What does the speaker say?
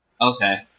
Okay